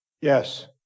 Yes